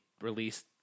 released